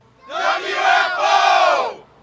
WFO